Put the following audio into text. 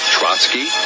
Trotsky